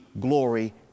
glory